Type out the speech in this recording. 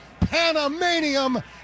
Panamanium